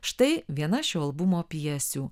štai viena šio albumo pjesių